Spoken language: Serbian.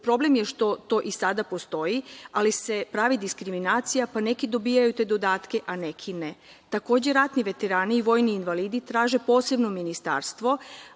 status. Problem je što to i sada postoji, ali se pravi diskriminacija pa neki dobijaju te dodatke, a neki ne. Takođe, ratni veterani i vojni invalidi traže posebno ministarstvo,